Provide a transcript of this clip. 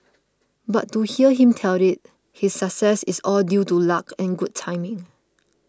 but to hear him tell it his success is all due to luck and good timing